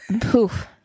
poof